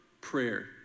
prayer